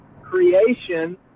creation